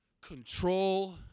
Control